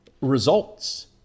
results